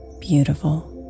beautiful